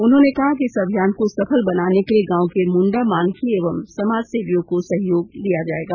उन्होंने कहा कि इस अभियान को सफल बनाने के लिए गांव के मुंडा मानकी एवं समाजसेवियों को सहयोग लिया जाएगा